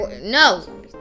No